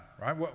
right